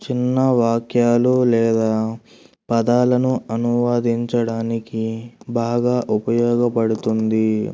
చిన్న వాక్యాలు లేదా పదాలను అనువాదించడానికి బాగా ఉపయోగపడుతుంది